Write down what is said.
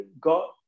God